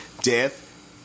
death